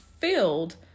filled